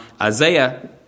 Isaiah